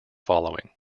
following